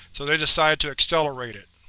so they've decided to accelerate it.